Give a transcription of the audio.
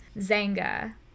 Zanga